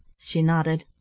she nodded.